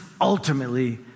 ultimately